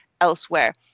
elsewhere